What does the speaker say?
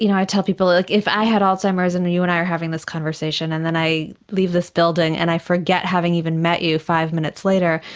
you know i tell people, look, if i had alzheimer's and you and i were having this conversation and then i leave this building and i forget having even met you five minutes later,